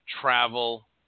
travel